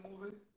movie